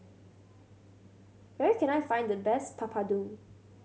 where can I find the best Papadum